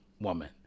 woman